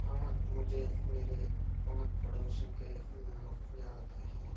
हाँ मुझे मेरे पाँच पड़ोसीयों के नाम याद हैं